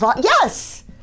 Yes